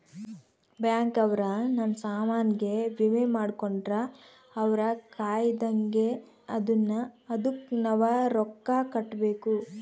bank ಅವ್ರ ನಮ್ ಸಾಮನ್ ಗೆ ವಿಮೆ ಮಾಡ್ಕೊಂಡ್ರ ಅವ್ರ ಕಾಯ್ತ್ದಂಗ ಅದುನ್ನ ಅದುಕ್ ನವ ರೊಕ್ಕ ಕಟ್ಬೇಕು